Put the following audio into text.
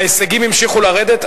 ההישגים המשיכו לרדת,